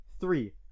Three